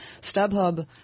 StubHub